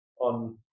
on